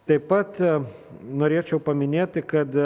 taip pat norėčiau paminėti kad